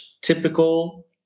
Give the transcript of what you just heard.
typical